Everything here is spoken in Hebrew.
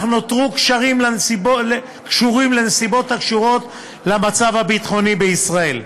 אך נותרו קשורות לנסיבות הקשורות למצב הביטחוני בישראל.